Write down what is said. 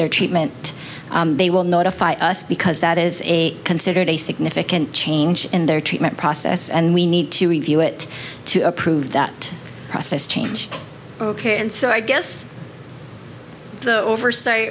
their treatment they will notify us because that is a considered a significant change in their treatment process and we need to review it to approve that process change ok and so i guess the oversight